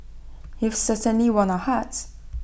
you've certainly won our hearts